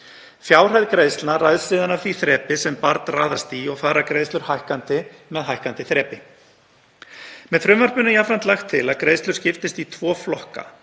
Fjárhæð greiðslna ræðst síðan af því þrepi sem barn raðast í og fara greiðslur hækkandi með hækkandi þrepi. Með frumvarpinu er jafnframt lagt til að greiðslur skiptist í tvo flokka,